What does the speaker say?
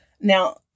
Now